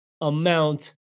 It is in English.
amount